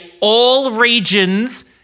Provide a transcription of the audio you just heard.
all-regions